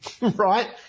right